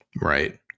Right